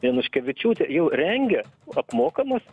januškevičiūtė jau rengia apmokamus